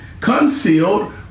concealed